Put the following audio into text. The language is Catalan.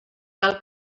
cal